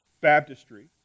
baptistry